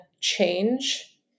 change